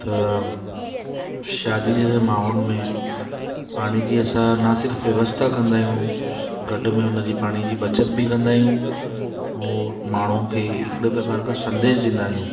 त शादी जैसे माहौल में पाणी जी असां न सिर्फ़ु व्यवस्था कंदा आहियूं गॾ में हुनजी पाणी जी बचति बि कंदा आहियूं ओर माण्हू खे हिकिड़े प्रकार खां संदेश ॾींदा आहियूं